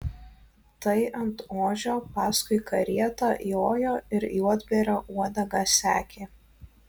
tai ant ožio paskui karietą jojo ir juodbėrio uodegą sekė